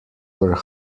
were